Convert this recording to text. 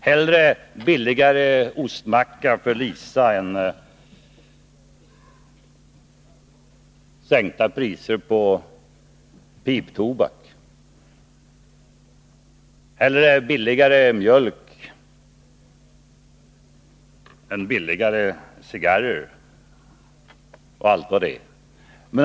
Hellre billigare ostmackor för Lisa än sänkta priser på piptobak för Thorbjörn, hellre billigare mjölk för barnen än billigare cigarrer för Uffe och allt vad det nu var.